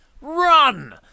run